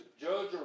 judge